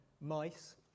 mice